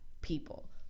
people